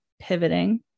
pivoting